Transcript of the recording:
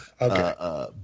Okay